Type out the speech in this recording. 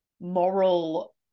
moral